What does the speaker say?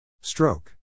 Stroke